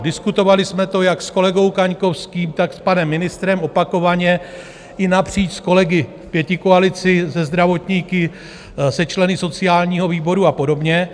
Diskutovali jsme to jak s kolegou Kaňkovským, tak s panem ministrem opakovaně, i napříč s kolegy pětikoalice, se zdravotníky, se členy sociálního výboru a podobně.